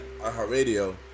iHeartRadio